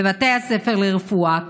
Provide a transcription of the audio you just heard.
לבתי הספר לרפואה.